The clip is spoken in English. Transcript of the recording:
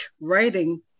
writing